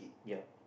ya